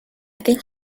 think